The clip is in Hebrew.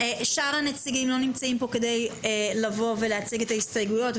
שאר הנציגים לא נמצאים פה כדי להציג את ההסתייגות,